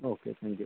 okay thank you